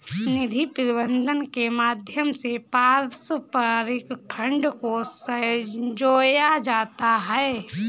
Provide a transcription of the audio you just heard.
निधि प्रबन्धन के माध्यम से पारस्परिक फंड को संजोया जाता है